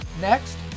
next